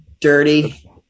dirty